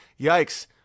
Yikes